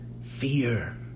Fear